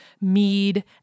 mead